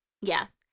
yes